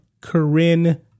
Corinne